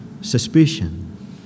suspicion